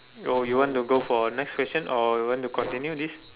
oh you want to go for next question or you want to continue this